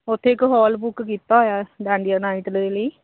ਉਥੇ ਇਕ hall book ਕੀਤਾ ਹੋਇਆ ਡਾਡੀਆਂ ਨਾਇਟ ਲਈ